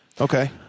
okay